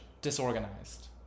disorganized